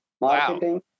marketing